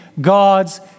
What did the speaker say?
God's